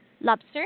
lobster